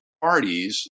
parties